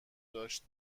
داشت